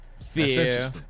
fear